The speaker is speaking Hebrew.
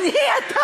אני?